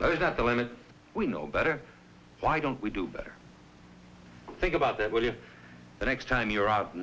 at the limit we know better why don't we do better think about that what if the next time you're out in